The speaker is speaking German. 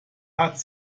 hatte